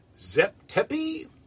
Zep-Tepi